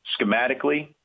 schematically